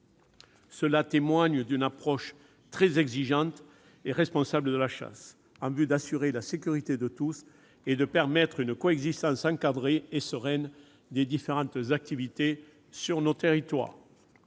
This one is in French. Cela témoigne d'une approche très exigeante et responsable de la chasse, en vue d'assurer la sécurité de tous et de permettre une coexistence encadrée et sereine des différentes activités dans nos territoires.